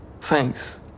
Thanks